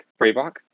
Freibach